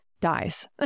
dies